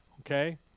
okay